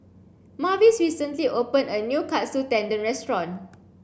Mavis recently opened a new Katsu Tendon restaurant